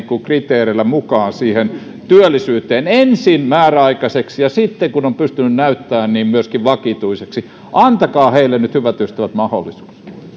kriteerillä mukaan työllisyyteen ensin määräaikaiseksi ja sitten kun on pystynyt näyttämään niin myöskin vakituiseksi antakaa heille nyt hyvät ystävät mahdollisuus